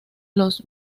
los